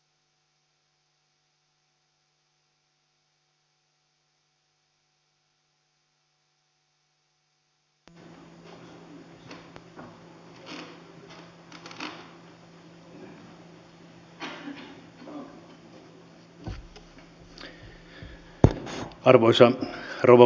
arvoisa rouva puhemies